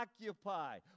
occupy